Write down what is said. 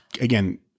again